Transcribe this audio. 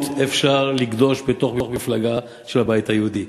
אפשר לגדוש בתוך מפלגה של הבית היהודי.